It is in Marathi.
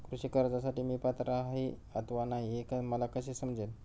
कृषी कर्जासाठी मी पात्र आहे अथवा नाही, हे मला कसे समजेल?